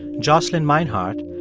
jocelyn meinhardt,